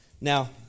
Now